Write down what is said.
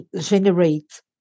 generate